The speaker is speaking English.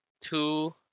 two